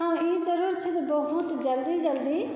हँ ई ज़रूर छै जे बहुत जल्दी जल्दी